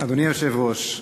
אדוני היושב-ראש,